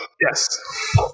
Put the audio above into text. Yes